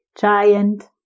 Giant